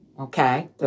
okay